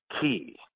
key